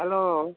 hello